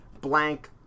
blank